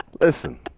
listen